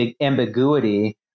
ambiguity